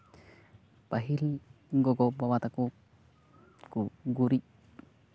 ᱯᱟᱹᱦᱤᱞ ᱜᱚᱜᱚᱼᱵᱟᱵᱟ ᱛᱟᱠᱚ ᱠᱩ ᱜᱩᱨᱤᱡ